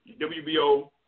WBO